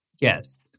Yes